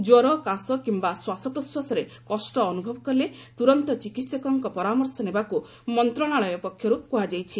କ୍ୱର କାଶ କିମ୍ବା ଶ୍ୱାସପ୍ରଶ୍ୱାସରେ କଷ୍ଟ ଅନୁଭବ କଲେ ତୁରନ୍ତ ଚିକିହକଙ୍କ ପରାମର୍ଶ ନେବାକୁ ମନ୍ତ୍ରଣାଳୟ ପକ୍ଷରୁ କୁହାଯାଇଛି